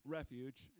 Refuge